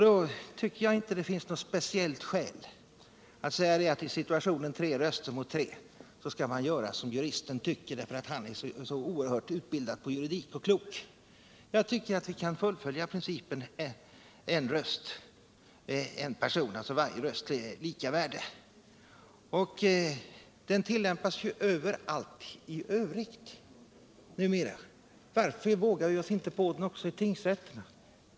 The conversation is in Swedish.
Då tycker jag att det inte finns något speciellt skäl att säga att man i situationen tre röster mot tre skall göra såsom juristen tycker, därför att han är så oerhört klok och utbildad i juridik. Jag tycker att vi kan fullfölja principen en ledamot en röst, alltså att varje röst är lika mycket värd. Den principen tillämpas ju överallt i övrigt numera. Varför vågar vi oss inte på den också i tingsrätten?